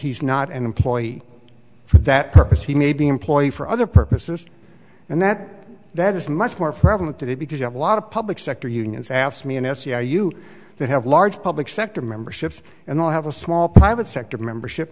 he's not an employee for that purpose he may be employed for other purposes and that that is much more prevalent today because of a lot of public sector unions asked me in sci you that have large public sector memberships and all have a small private sector membership